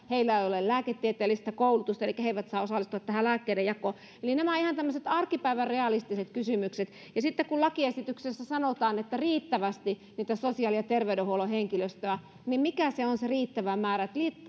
heillä ei ole lääketieteellistä koulutusta elikkä he eivät saa osallistua lääkkeiden jakoon eli nämä ihan tämmöiset arkipäivän realistiset kysymykset sitten kun lakiesityksessä sanotaan että riittävästi sosiaali ja terveydenhuollon henkilöstöä niin mikä on se riittävä määrä